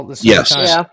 Yes